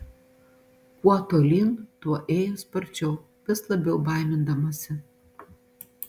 kuo tolyn tuo ėjo sparčiau vis labiau baimindamasi